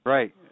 Right